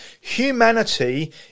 Humanity